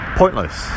pointless